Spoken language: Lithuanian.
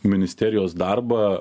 ministerijos darbą